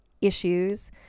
issues